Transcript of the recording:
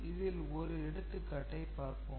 இதில் ஒரு எடுத்துக்காட்டைப் பார்ப்போம்